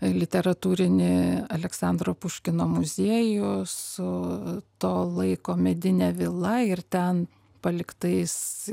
literatūrinį aleksandro puškino muziejų su to laiko medine vila ir ten paliktais